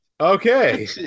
okay